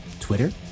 Twitter